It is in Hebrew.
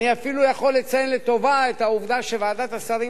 אני אפילו יכול לציין לטובה את העובדה שוועדת השרים